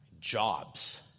jobs